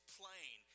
plain